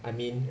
I mean